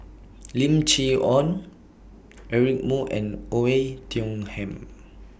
Lim Chee Onn Eric Moo and Oei Tiong Ham